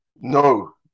No